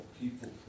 people